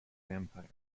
vampires